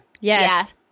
Yes